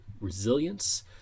resilience